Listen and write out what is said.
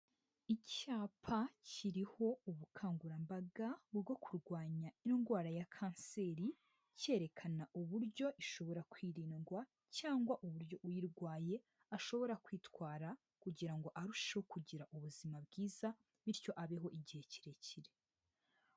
Icyapa kiriho ubukangurambaga bwo kurwanya indwara ya kanseri, cyerekana uburyo ishobora kwirindwa cyangwa uburyo uyirwaye ashobora kwitwara kugira ngo arusheho kugira ubuzima bwiza, bityo abeho igihe kirekire.